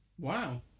Wow